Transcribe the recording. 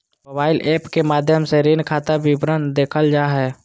mobile app के माध्यम से ऋण खाता विवरण देखल जा हय